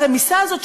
הרמיסה הזאת,